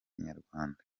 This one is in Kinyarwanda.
inyarwanda